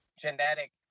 genetic